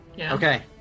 Okay